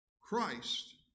Christ